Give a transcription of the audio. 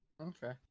Okay